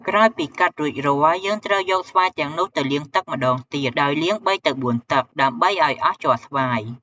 ក្រោយពីកាត់រួចរាល់ យើងត្រូវយកស្វាយទាំងនោះទៅលាងទឹកម្ដងទៀត ដោយលាង៣ទៅ៤ទឹក ដើម្បីឱ្យអស់ជ័រស្វាយ។